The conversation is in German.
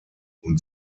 und